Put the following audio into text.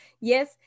yes